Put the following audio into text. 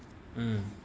um